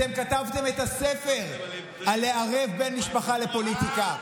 אתם כתבתם את הספר על לערב בין משפחה לפוליטיקה.